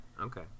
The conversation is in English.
okay